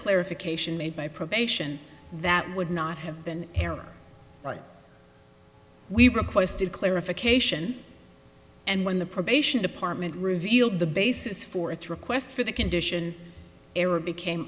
clarification made by probation that would not have been era we requested clarification and when the probation department revealed the basis for its request for the condition